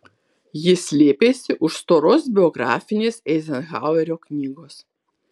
ji slėpėsi už storos biografinės eizenhauerio knygos